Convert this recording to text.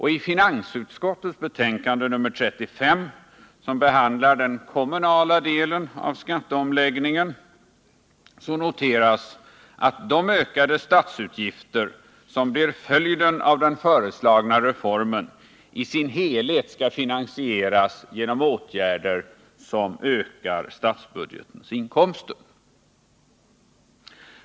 I finansutskottets betänkande nr 35, som behandlar den kommunala delen av skatteomläggningen, noteras att de ökade statsutgifter som blir följden av den föreslagna reformen ”i sin helhet skall finansieras genom åtgärder som ökar statsbudgetens inkomster”.